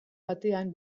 batean